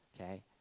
okay